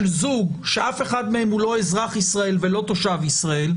זוג שאף אחד מהם הוא לא אזרח ישראל ולא תושב ישראל,